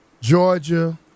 Georgia